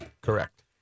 Correct